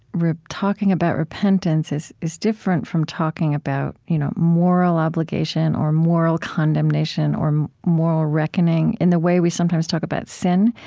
we're talking about repentance as different from talking about you know moral obligation or moral condemnation, or moral reckoning, in the way we sometimes talk about sin.